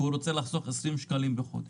כי הוא רוצה לחסוך 20 שקלים בחודש.